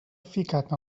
ficat